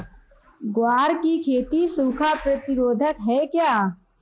ग्वार की खेती सूखा प्रतीरोधक है क्या?